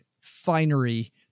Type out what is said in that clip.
finery